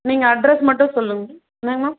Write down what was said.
நீங்கள் அட்ரஸ் மட்டும் சொல்லுங்கள் என்னங்க மேம்